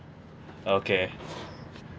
okay